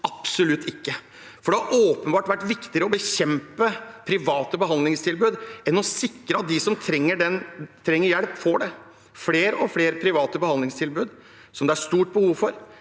Absolutt ikke. Det har åpenbart vært viktigere å bekjempe private behandlingstilbud enn å sikre at de som trenger hjelp, får det. Flere og flere private behandlingstilbud, som det er stort behov for,